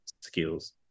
skills